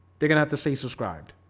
they're gonna have to say subscribed